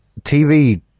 TV